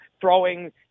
throwing